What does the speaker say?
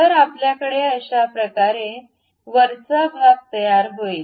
तर आपल्याकडे अशा प्रकारचे वरचा भाग तयार होईल